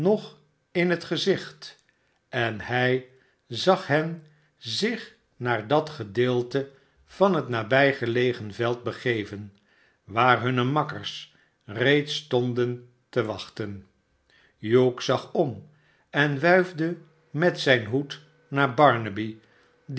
in het gezicht en hij zag hen zich naar dat gedeelte van het nabijgelegen veld begeven waar hunne makkers reeds stonden te wachten hugh zag om en wuifde met zijn hoed naar barnaby